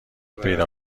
پیدا